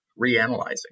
reanalyzing